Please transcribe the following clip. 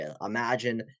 imagine